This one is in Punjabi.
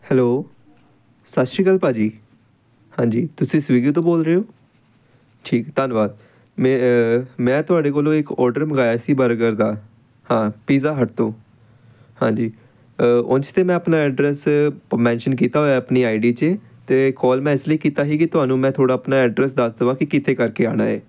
ਹੈਲੋ ਸਤਿ ਸ਼੍ਰੀ ਅਕਾਲ ਭਾਅ ਜੀ ਹਾਂਜੀ ਤੁਸੀਂ ਸਵੀਗੀ ਤੋਂ ਬੋਲ ਰਹੇ ਹੋ ਠੀਕ ਧੰਨਵਾਦ ਮੇ ਮੈਂ ਤੁਹਾਡੇ ਕੋਲੋਂ ਇੱਕ ਔਡਰ ਮੰਗਵਾਇਆ ਸੀ ਬਰਗਰ ਦਾ ਹਾਂ ਪੀਜ਼ਾ ਹੱਟ ਤੋਂ ਹਾਂਜੀ ਉਂਝ ਤਾਂ ਮੈਂ ਆਪਣਾ ਐਡਰੈਸ ਮੈਨਸ਼ਨ ਕੀਤਾ ਹੋਇਆ ਆਪਣੀ ਆਈ ਡੀ 'ਚ ਅਤੇ ਕਾਲ ਮੈਂ ਇਸ ਲਈ ਕੀਤਾ ਸੀ ਕਿ ਤੁਹਾਨੂੰ ਮੈਂ ਥੋੜ੍ਹਾ ਆਪਣਾ ਐਡਰੈਸ ਦੱਸ ਦੇਵਾਂ ਕਿ ਕਿਤੇ ਕਰਕੇ ਆਉਣਾ ਏ